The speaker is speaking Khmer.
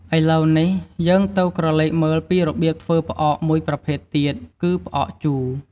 ឥឡូវនេះ យើងទៅក្រឡេកមើលពីរបៀបធ្វើផ្អកមួយប្រភេទទៀត គឺផ្អកជូរ។